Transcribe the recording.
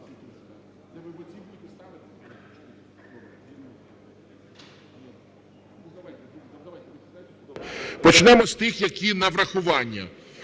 Почнемо з тих, які на врахування.